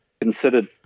considered